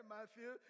Matthew